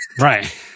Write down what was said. Right